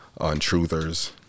untruthers